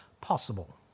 possible